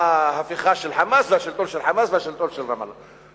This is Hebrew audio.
ההפיכה של "חמאס" והשלטון של "חמאס" והשלטון של רמאללה.